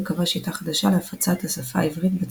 וקבע שיטה חדשה להפצת השפה העברית בציבור.